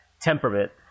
temperament